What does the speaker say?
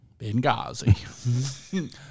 Benghazi